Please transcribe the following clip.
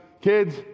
Kids